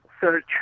search